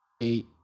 Eight